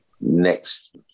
next